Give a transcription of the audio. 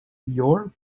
your